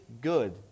good